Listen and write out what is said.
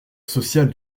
social